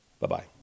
Bye-bye